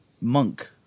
Monk